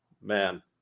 man